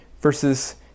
versus